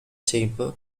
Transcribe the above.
chamber